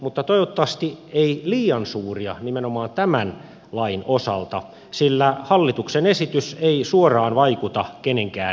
mutta toivottavasti ei liian suuria nimenomaan tämän lain osalta sillä hallituksen esitys ei suoraan vaikuta kenenkään kukkaroon